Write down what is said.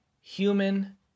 human